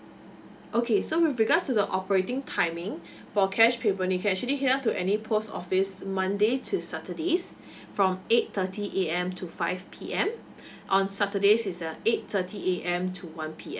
okay so with regards to the operating timing for cash payment you can actually head up to any post office mondays to saturdays from eight thirty A_M to five P_M on saturdays is a eight thirty A_M to one P_M